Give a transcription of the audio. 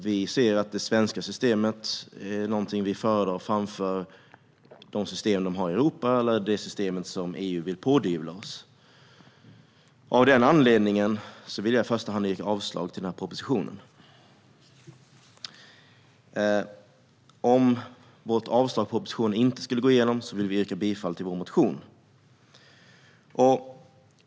Vi föredrar det svenska systemet framför de system som finns i övriga Europa eller det system som EU vill pådyvla oss. Av den anledningen vill jag i första hand yrka avslag på propositionen. Om mitt yrkande om avslag på propositionen inte skulle gå igenom vill jag yrka bifall till vår motion.